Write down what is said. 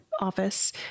office